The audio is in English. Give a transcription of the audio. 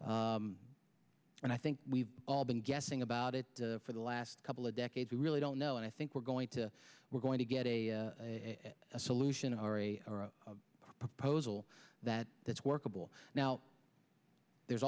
r and i think we've all been guessing about it for the last couple of decades we really don't know and i think we're going to we're going to get a solution or a proposal that that's workable now there's